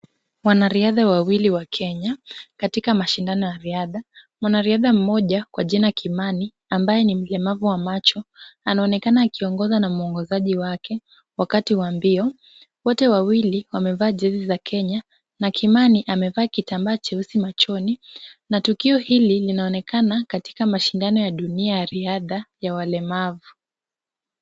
Wanariadha wawili wa Kenya katika mashindano ya riadha. Mwanariadha mmoja kwa jina Kimani ambaye ni mlemavu wa macho anaonekana akiongozwa na muongozaji wake wakati wa mbio, wote wawili wamevaa jezi za Kenya na Kimani amevaa kitambaa cheusi machoni na tukio hili linaonekana katika mashindano ya dunia ya riadha ya walemavu.